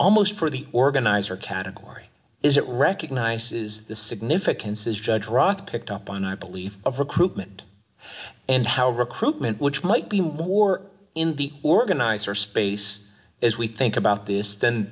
almost for the organizer category is it recognizes the significances judge roth picked up on i believe of recruitment and how recruitment which might be war in the organizer space is we think about this then